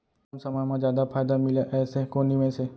कम समय मा जादा फायदा मिलए ऐसे कोन निवेश हे?